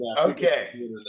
Okay